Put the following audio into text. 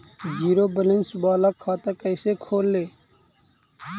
Zero balance बाला खाता कैसे खोले?